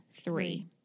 three